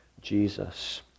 Jesus